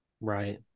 Right